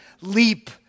leap